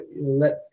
let